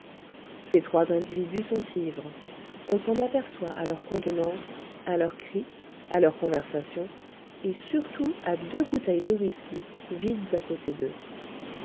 ces trois individus sont ivres on s'en aperçoit à leur contenance à leurs cris à leur conversation et surtout à deux bouteilles de whiskey vides à côté d'eux